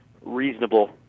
reasonable